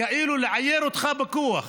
כאילו לעייר אותך בכוח,